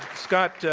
scott,